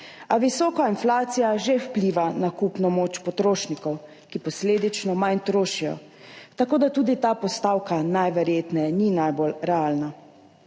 A visoka inflacija že vpliva na kupno moč potrošnikov, ki posledično manj trošijo, tako da tudi ta postavka najverjetneje ni najbolj realna.